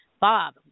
Bob